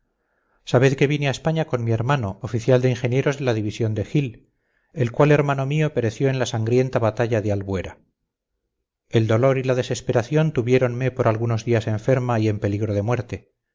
sabed que vine a españa con mi hermano oficial de ingenieros de la división de hill el cual hermano mío pereció en la sangrienta batalla de albuera el dolor y la desesperación tuviéronme por algunos días enferma y en peligro de muerte